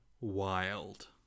wild